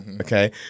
Okay